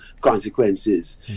consequences